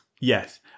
Yes